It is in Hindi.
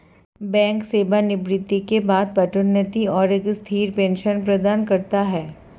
बैंक सेवानिवृत्ति के बाद पदोन्नति और एक स्थिर पेंशन प्रदान करता है